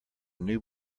new